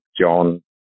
John